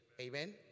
Amen